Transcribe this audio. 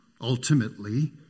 Ultimately